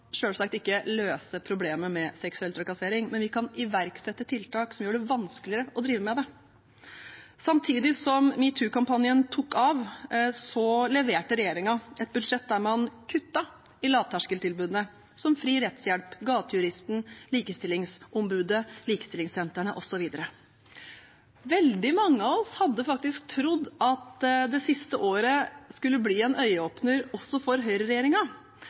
selvsagt ikke løse problemet med seksuell trakassering, men vi kan iverksette tiltak som gjør det vanskeligere å drive med det. Samtidig som metoo-kampanjen tok av, leverte regjeringen et budsjett der man kuttet i lavterskeltilbudene – som Fri rettshjelp, Gatejuristen, Likestillings- og diskrimineringsombudet, likestillingssentrene osv. Veldig mange av oss hadde trodd at det siste året skulle bli en øyeåpner også for